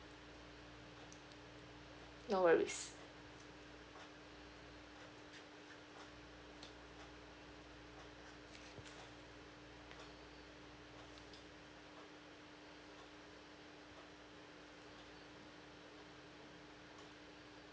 no worries